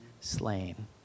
slain